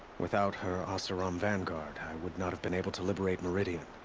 without her oseram vanguard, i would not have been able to liberate meridian.